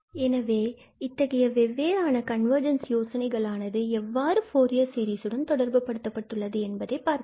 எனவே இத்தகைய வெவ்வேறான கன்வர்ஜென்ஸ் யோசனைகள் ஆனதும் எவ்வாறு ஃபூரியர் சீரிஸ் உடன் தொடர்புபடுத்தப்பட்டுள்ளது என்பதைப் பார்க்கலாம்